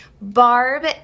Barb